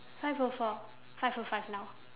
five O four five O five now